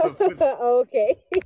Okay